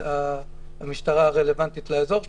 שהיא המשטרה הרלוונטית לאזור שלנו,